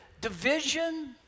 division